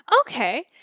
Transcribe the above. Okay